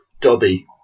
Dobby